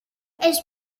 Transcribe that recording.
els